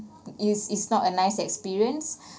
is is not a nice experience